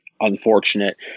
unfortunate